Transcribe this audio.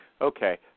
Okay